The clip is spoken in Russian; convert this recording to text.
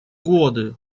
годы